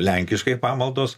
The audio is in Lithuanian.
lenkiškai pamaldos